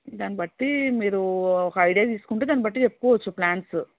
దాన్ని బట్టి మీరు ఒక ఐడియా తీసుకుంటే దాని బట్టి చెప్పుకోవచ్చు ప్లాన్సు